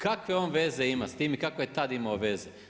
Kakve on veze ima s tim i kakve je tad imao veze?